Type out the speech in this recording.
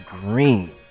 green